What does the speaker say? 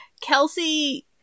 Kelsey